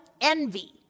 Envy